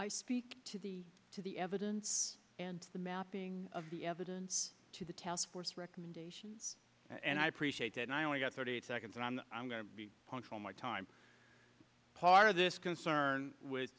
i speak to the to the evidence and the mapping of the evidence to the task force recommendations and i appreciate that and i only got thirty seconds and i'm i'm going to be punctual my time part of this concern with